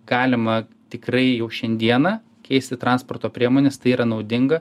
galima tikrai jau šiandieną keisti transporto priemones tai yra naudinga